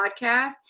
podcast